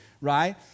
right